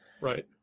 Right